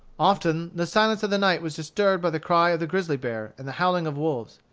often the silence of the night was disturbed by the cry of the grizzly bear and the howling of wolves.